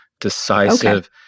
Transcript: decisive